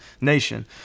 nation